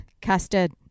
Casted